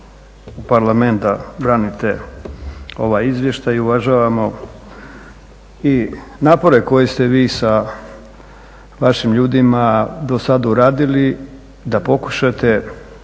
u parlament da branite ovaj izvještaj i uvažavamo i napore koje ste vi sa vašim ljudima do sada uradili da pokušate